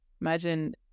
imagine